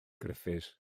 griffiths